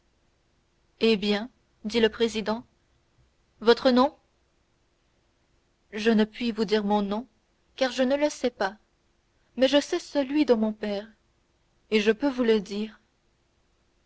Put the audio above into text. eh bien dit le président votre nom je ne puis vous dire mon nom car je ne le sais pas mais je sais celui de mon père et je peux vous le dire